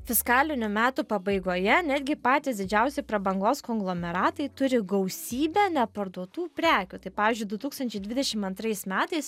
fiskalinių metų pabaigoje netgi patys didžiausi prabangos konglomeratai turi gausybę neparduotų prekių tai pavyzdžiui du tūkstančiai dvidešim antrais metais